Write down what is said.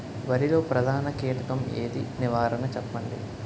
వరిలో ప్రధాన కీటకం ఏది? నివారణ చెప్పండి?